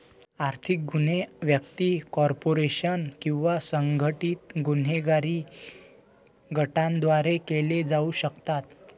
आर्थिक गुन्हे व्यक्ती, कॉर्पोरेशन किंवा संघटित गुन्हेगारी गटांद्वारे केले जाऊ शकतात